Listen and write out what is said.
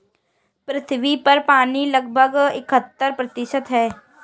पृथ्वी पर पानी लगभग इकहत्तर प्रतिशत है